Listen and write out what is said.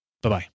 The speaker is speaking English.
Bye-bye